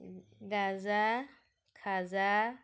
গাজা খাজা